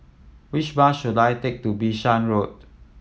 which bus should I take to Bishan Road